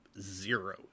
zero